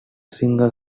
single